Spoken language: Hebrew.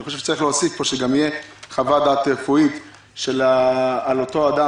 אני חושב שצריך להוסיף פה שגם תהיה חוות דעת רפואית על אותו אדם,